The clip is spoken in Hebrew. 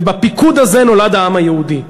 ובפיקוד הזה נולד העם היהודי.